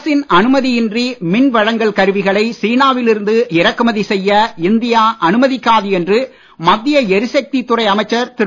அரசின் அனுமதி இன்றி மின் வழங்கல் கருவிகளை சீனாவில் இருந்து இறக்குமதி செய்ய இந்தியா அனுமதிக்காது என்று மத்திய எரிசக்தித் துறை அமைச்சர் திரு